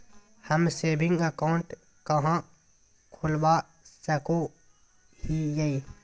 हम saving account कहाँ खोलवा सको हियै?